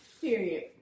Period